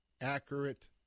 accurate